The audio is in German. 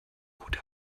gute